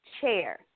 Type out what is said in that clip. Chair